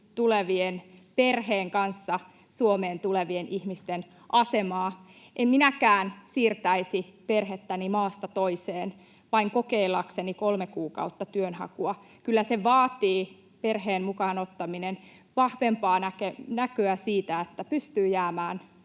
tulevien, perheen kanssa Suomeen tulevien ihmisten asemaa. En minäkään siirtäisi perhettäni maasta toiseen vain kokeillakseni kolme kuukautta työnhakua. Kyllä se, perheen mukaan ottaminen, vaatii vahvempaa näkyä siitä, että pystyy jäämään